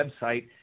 website